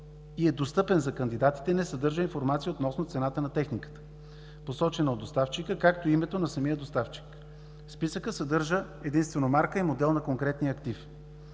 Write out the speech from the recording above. и е достъпен за кандидатите, не съдържа информация относно цената на техниката, посочена от доставчика, както и името на самия доставчик. Списъкът съдържа единствено марка и модел на конкретния актив.